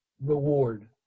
reward